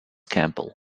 campbell